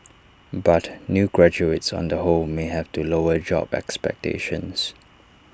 but new graduates on the whole may have to lower job expectations